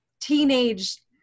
teenage